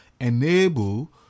enable